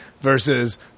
versus